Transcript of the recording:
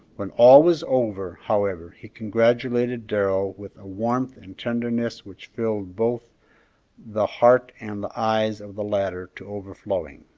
when all was over, however, he congratulated darrell with a warmth and tenderness which filled both the heart and the eyes of the latter to overflowing.